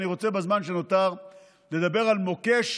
אני רוצה בזמן שנותר לדבר על מוקש